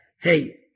hey